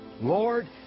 Lord